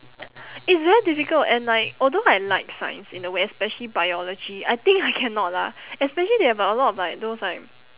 it's very difficult and like although I like science in a way especially biology I think I cannot lah especially they have a lot of like those like